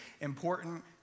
important